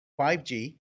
5G